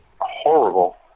horrible